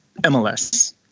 MLS